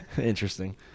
interesting